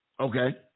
Okay